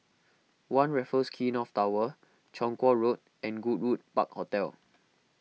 one Raffles Quay North Tower Chong Kuo Road and Goodwood Park Hotel